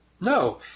No